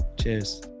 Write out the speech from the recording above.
cheers